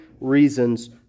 reasons